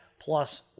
plus